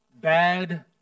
bad